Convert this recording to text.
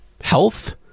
health